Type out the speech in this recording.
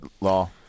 Law